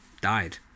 died